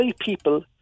people